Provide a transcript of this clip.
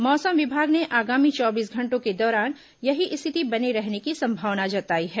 मौसम विभाग ने आगामी चौबीस घंटों के दौरान यही स्थिति बने रहने की संभावना जताई है